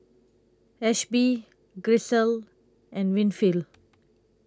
Ashby Grisel and Winfield